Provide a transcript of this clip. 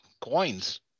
coins